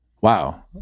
Wow